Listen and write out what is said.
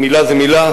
מלה זו מלה,